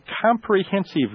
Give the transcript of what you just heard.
comprehensive